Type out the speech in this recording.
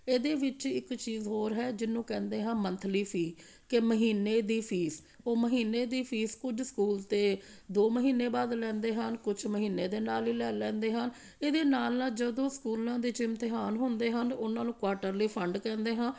ਇਹਦੇ ਵਿੱਚ ਇੱਕ ਚੀਜ਼ ਹੋਰ ਹੈ ਜਿਹਨੂੰ ਕਹਿੰਦੇ ਹਾਂ ਮੰਥਲੀ ਫੀ ਕਿ ਮਹੀਨੇ ਦੀ ਫੀਸ ਉਹ ਮਹੀਨੇ ਦੀ ਫੀਸ ਕੁਝ ਸਕੂਲ ਅਤੇ ਦੋ ਮਹੀਨੇ ਬਾਅਦ ਲੈਂਦੇ ਹਨ ਕੁਛ ਮਹੀਨੇ ਦੇ ਨਾਲ ਹੀ ਲੈ ਲੈਂਦੇ ਹਨ ਇਹਦੇ ਨਾਲ ਨਾਲ ਜਦੋਂ ਸਕੂਲਾਂ ਵਿੱਚ ਇਮਤਿਹਾਨ ਹੁੰਦੇ ਹਨ ਉਹਨਾਂ ਨੂੰ ਕੁਆਟਰਲੀ ਫੰਡ ਕਹਿੰਦੇ ਹਾਂ